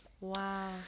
wow